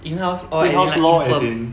in house orh as in like in firm